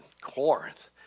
Corinth